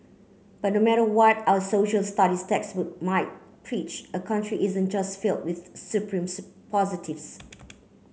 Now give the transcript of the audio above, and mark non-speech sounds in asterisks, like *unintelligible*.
but no matter what our Social Studies textbook might preach a country isn't just filled with supreme *unintelligible* positives